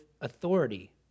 authority